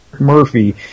Murphy